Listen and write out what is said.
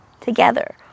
together